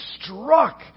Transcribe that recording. struck